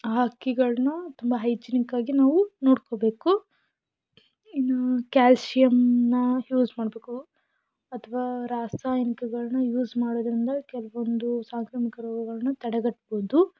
ಆ ಹಕ್ಕಿಗಳ್ನ ತುಂಬ ಹೈಜಿನಿಕಾಗಿ ನಾವು ನೋಡ್ಕೋಬೇಕು ಇನ್ನು ಕ್ಯಾಲ್ಸಿಯಂನ ಯೂಸ್ ಮಾಡಬೇಕು ಅಥವಾ ರಾಸಾಯನಿಕಗಳನ್ನ ಯೂಸ್ ಮಾಡೋದರಿಂದ ಕೆಲವೊಂದು ಸಾಂಕ್ರಾಮಿಕ ರೋಗಗಳನ್ನ ತಡೆಗಟ್ಬೌದು